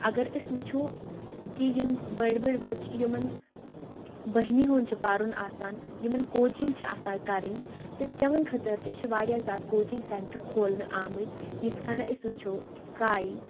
اگر أسۍ وٕچھو کہِ یِم بٔڑۍ بٔڑۍ بَچہِ یِمَن بٔہمہِ ہُنٛد چھِ پَرُن آسان یِمَن کوچِنٛگ چھِ آسان کَرٕنۍ تہٕ تِمَن خٲطٕر تہِ چھُ واریاہ زیادٕ کوچِنٛگ سٮ۪نٹَر کھولنہٕ آمٕتۍ یِتھ کَنہٕ أسۍ وٕچھو کاے